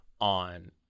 on